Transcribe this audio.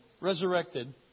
resurrected